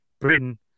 Britain